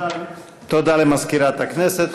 תודה למזכירת הכנסת.